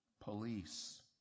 police